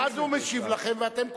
ואז הוא משיב לכם ואתם כועסים.